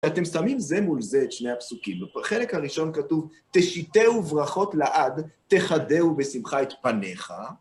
אתם שמים זה מול זה, את שני הפסוקים, ובחלק הראשון כתוב, תשיתהו ברכות לעד, תחדהו בשמחה את פניך.